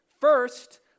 First